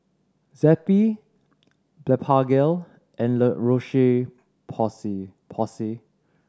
Zappy Blephagel and La Roche Porsay